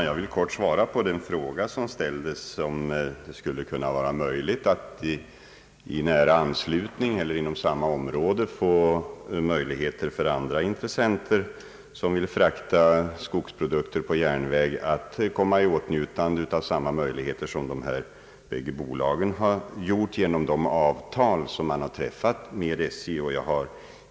Herr talman! Jag vill i all korthet svara på den fråga som ställdes om möjligheten för andra intressenter som vill frakta skogsprodukter på järnväg att göra detta på samma villkor som de två bolag, vilka träffat avtal med SJ och då i nära anslutning till dessa bolags områden.